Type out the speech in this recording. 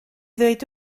ddweud